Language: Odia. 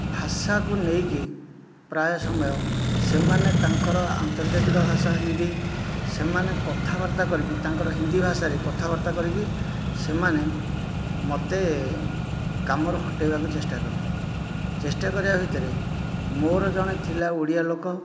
ଭାଷାକୁ ନେଇକି ପ୍ରାୟ ସମୟ ସେମାନେ ତାଙ୍କର ଆନ୍ତର୍ଜାତିକ ଭାଷା ହିନ୍ଦୀ ସେମାନେ କଥାବାର୍ତ୍ତା କରିକି ତାଙ୍କର ହିନ୍ଦୀ ଭାଷାରେ କଥାବାର୍ତ୍ତା କରିକି ସେମାନେ ମୋତେ କାମରୁ ହଟାଇବାକୁ ଚେଷ୍ଟା କଲେ ଚେଷ୍ଟା କରିବା ଭିତରେ ମୋର ଜଣେ ଥିଲା ଓଡ଼ିଆ ଲୋକ